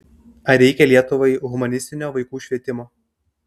ar reikia lietuvai humanistinio vaikų švietimo